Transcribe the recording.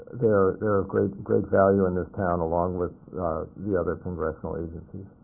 they're they're of great great value in this town, along with the other congressional agencies.